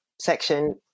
section